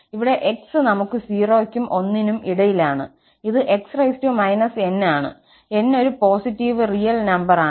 ഇവിടെ x നമുക്ക് 0 ക്കും 1 നും ഇടയിലാണ് ഇത് x−n ആണ് n ഒരു പോസിറ്റീവ് റിയൽ നമ്പർ ആണ്